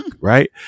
right